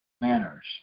manners